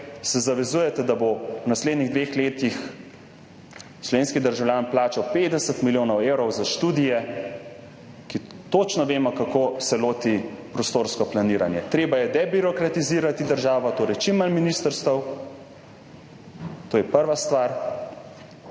se zavezujete, da bo v naslednjih dveh letih slovenski državljan plačal 50 milijonov evrov za študije, ko točno vemo, kako se lotiti prostorskega planiranja. Treba je debirokratizirati državo, torej čim manj ministrstev, to je prva stvar.